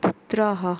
पुत्राः